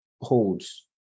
holds